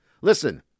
listen